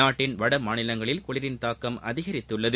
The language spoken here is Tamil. நாட்டின் வடமாநிலங்களின் குளிரின் தாக்கம் அதிகரித்துள்ளது